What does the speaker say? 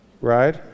right